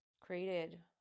created